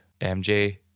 MJ